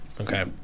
Okay